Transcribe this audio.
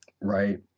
right